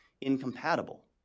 incompatible